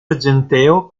argenteo